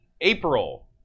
April